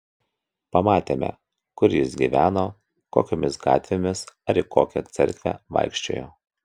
pamatėme kur jis gyveno kokiomis gatvėmis ar į kokią cerkvę vaikščiojo